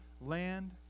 land